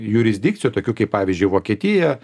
jurisdikcijų tokių kaip pavyzdžiui vokietija